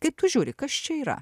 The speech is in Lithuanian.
kaip tu žiūri kas čia yra